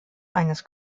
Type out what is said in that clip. eines